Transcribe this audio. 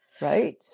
right